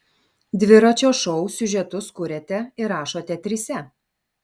dviračio šou siužetus kuriate ir rašote trise